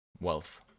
wealth